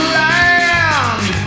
land